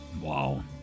Wow